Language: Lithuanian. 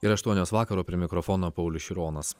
ir aštuonios vakaro prie mikrofono paulius šironas